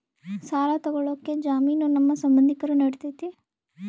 ಸಾಲ ತೊಗೋಳಕ್ಕೆ ಜಾಮೇನು ನಮ್ಮ ಸಂಬಂಧಿಕರು ನಡಿತೈತಿ?